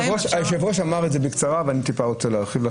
היושב-ראש אמר בקצרה ואני רוצה להרחיב על